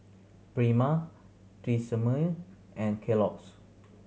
Prima Tresemme and Kellogg's